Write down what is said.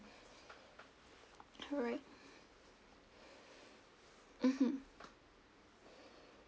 alright mmhmm